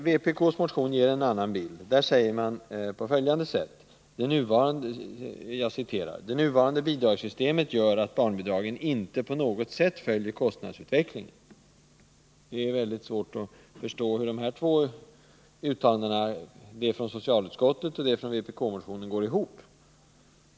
Vpk:s motion ger en annan bild: ”Det nuvarande bidragssystemet gör att barnbidragen inte på något sätt följer kostnadsutvecklingen.” Det är svårt att förstå hur de här två uttalandena går ihop.